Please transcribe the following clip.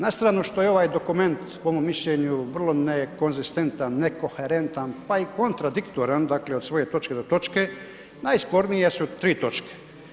Na stranu što je ovaj dokument po mom mišljenju vrlo nekonzistentan, nekoherentan pa i kontradiktoran, dakle od svoje točke do točke, najspornije su tri točke.